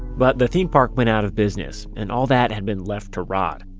but the theme park went out of business and all that had been left to rot.